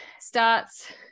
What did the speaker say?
starts